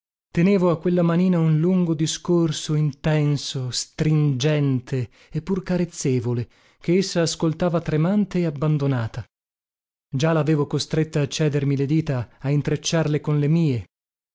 tenevo a quella manina un lungo discorso intenso stringente e pur carezzevole che essa ascoltava tremante e abbandonata già lavevo costretta a cedermi le dita a intrecciarle con le mie